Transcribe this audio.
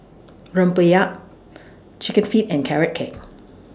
Rempeyek Chicken Feet and Carrot Cake